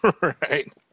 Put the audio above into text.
Right